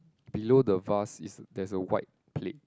below the vase is there is a white plate